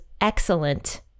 excellent